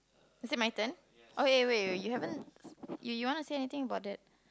is it my turn okay wait wait you haven't you you wanna say anything about that